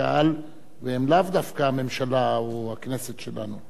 הקהל והם לאו דווקא הממשלה או הכנסת שלנו.